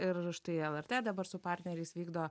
ir štai lrt dabar su partneriais vykdo